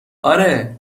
آره